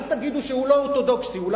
אל תגידו שהוא לא אורתודוקסי, מאה אחוז.